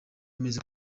ameze